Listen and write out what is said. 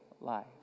life